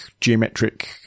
geometric